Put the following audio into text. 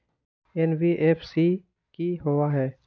NBFC कि होअ हई?